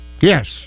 Yes